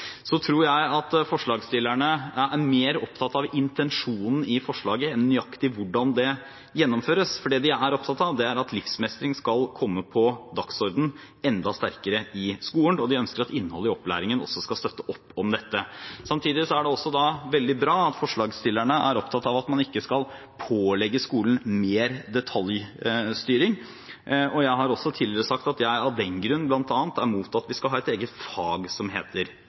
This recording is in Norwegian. Så tror jeg at forslagsstillerne er mer opptatt av intensjonen i forslaget enn nøyaktig hvordan det skal gjennomføres, for det de er opptatt av, er at livsmestring skal komme på dagsordenen enda sterkere i skolen, og de ønsker at innholdet i opplæringen også skal støtte opp om dette. Samtidig er det veldig bra at forslagsstillerne er opptatt av at man ikke skal pålegge skolen mer detaljstyring, og jeg har også tidligere sagt at jeg bl.a. av den grunn er imot at vi skal ha et eget fag som heter